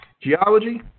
Geology